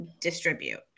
distribute